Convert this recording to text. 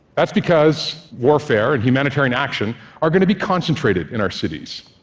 that's because warfare and humanitarian action are going to be concentrated in our cities,